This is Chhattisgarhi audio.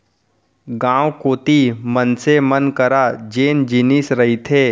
गाँव कोती मनसे मन करा जेन जिनिस रहिथे